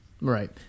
Right